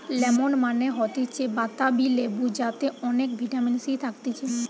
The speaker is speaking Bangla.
লেমন মানে হতিছে বাতাবি লেবু যাতে অনেক ভিটামিন সি থাকতিছে